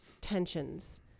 tensions